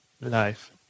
life